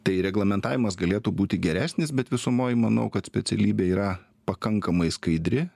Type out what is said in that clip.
tai reglamentavimas galėtų būti geresnis bet visumoj manau kad specialybė yra pakankamai skaidri